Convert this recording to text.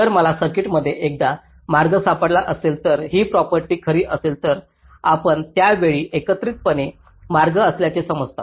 तर मला सर्किटमध्ये एखादा मार्ग सापडला असेल तर ही प्रॉपर्टी खरी असेल तर आपण त्या वेळी एकत्रितपणे मार्ग असल्याचे समजता